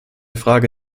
frage